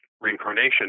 reincarnation